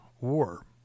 war